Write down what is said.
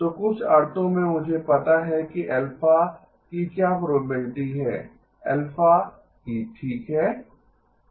तो कुछ अर्थों में मुझे पता है कि α की क्या प्रोबेबिलिटी है α की ठीक है